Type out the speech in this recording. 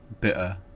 bitter